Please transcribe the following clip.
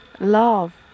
Love